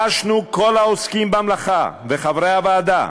חשנו, כל העוסקים במלאכה וחברי הוועדה,